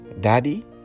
Daddy